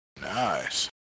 Nice